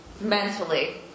mentally